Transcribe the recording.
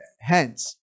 hence